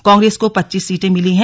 कांग्रेस को पच्चीस सीटें मिली हैं